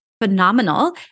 phenomenal